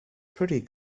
pretty